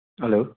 hello